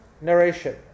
narration